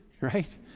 right